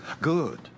Good